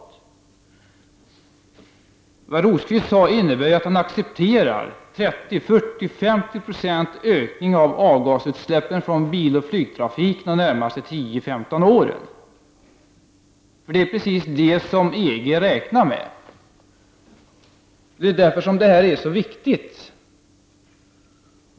Det Birger Rosqvist sade innebär att han accepterar en ökning av avgasutsläppen från biloch flygtrafiken under de närmaste 10-15 åren med 30, 40 eller 50 26. Det är precis vad EG räknar med, och det är därför som detta är så viktigt.